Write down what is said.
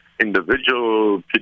Individual